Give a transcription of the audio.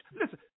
listen